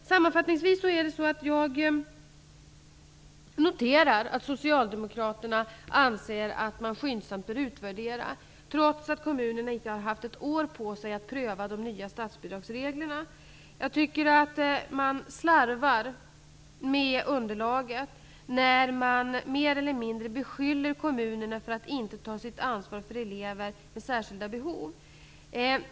Sammanfattningsvis noterar jag att Socialdemokraterna anser att man skyndsamt bör utvärdera, trots att kommunerna inte har haft ett år på sig att pröva de nya statsbidragsreglerna. Jag tycker att man slarvar med underlaget när man mer eller mindre beskyller kommunerna för att inte ta sitt ansvar för elever med särskilda behov.